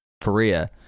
Korea